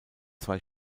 zwei